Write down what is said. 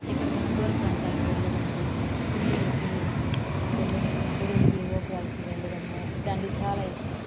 ఎక్కడికైనా దూర ప్రాంతాలు వెళ్లడము పెళ్లిళ్లకి పెళ్లిళ్లకి గుడికి గోపురాలకి వెళ్లడము ఇట్లాంటి చాలా ఇష్టము